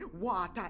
water